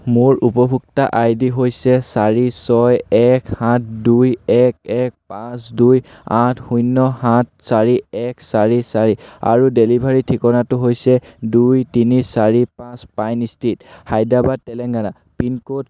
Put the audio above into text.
মোৰ উপভোক্তা I D হৈছে চাৰি ছয় এক সাত দুই এক এক পাঁচ দুই আঠ শূন্য সাত চাৰি এক চাৰি চাৰি আৰু ডেলিভাৰীৰ ঠিকনাটো হৈছে দুই তিনি চাৰি পাঁচ pine street Hyderabad Telangana pin code